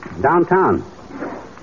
downtown